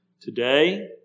today